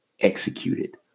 executed